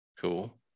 cool